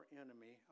enemy